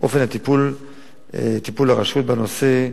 2. אופן הטיפול של הרשות בנושא: